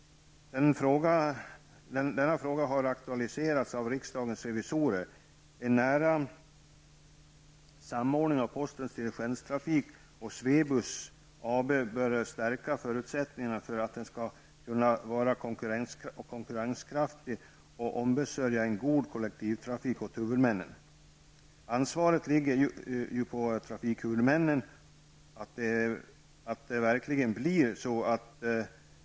Denna fråga har aktualiserats av riksdagens revisorer. En nära samordning av Postens Diligenstrafik och Swebus bör stärka förutsättningarna för att de skall kunna vara konkurrenskraftiga och ombesörja en god kollektivtrafik åt huvudmännen. Ansvaret för att det verkligen blir så ligger ju på trafikhuvudmännen.